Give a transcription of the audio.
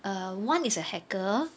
err one is a hacker